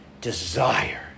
desire